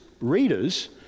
readers